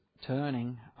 turning